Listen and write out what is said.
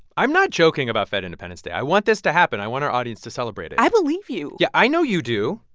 i'm not joking about fed independence day. i want this to happen. i want our audience to celebrate it i believe you yeah, i know you do.